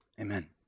Amen